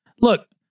Look